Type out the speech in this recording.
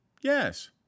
Yes